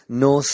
no